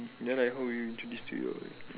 then like how would you introduce to your